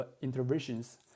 interventions